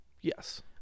Yes